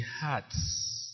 heart's